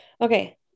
Okay